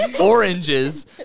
oranges